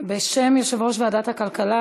בשם יושב-ראש ועדת הכלכלה,